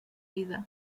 vida